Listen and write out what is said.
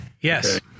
Yes